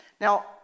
Now